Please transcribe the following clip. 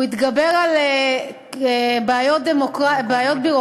הוא התגבר על בעיות ביורוקרטיות,